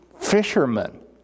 fishermen